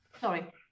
Sorry